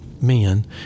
men